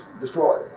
destroyed